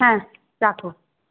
হ্যাঁ রাখো